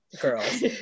Girls